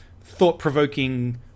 thought-provoking